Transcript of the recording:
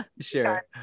sure